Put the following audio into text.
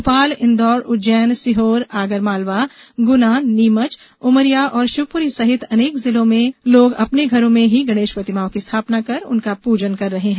भोपाल इंदौर उज्जैन सीहोर आगर मालवा गुना नीमच उमरिया और शिवपुरी सहित अनेक जिलों में अपने घरों में ही लोग गणेश प्रतिमाओं की स्थापना कर उनका पृजन कर रहे हैं